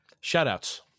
Shout-outs